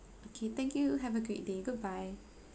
okay thank you have a great day goodbye